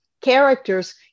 characters